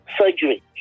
surgery